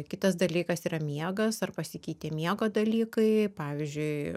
kitas dalykas yra miegas ar pasikeitė miego dalykai pavyzdžiui